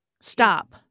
Stop